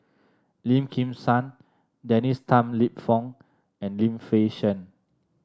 Lim Kim San Dennis Tan Lip Fong and Lim Fei Shen